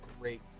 great